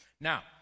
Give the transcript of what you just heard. Now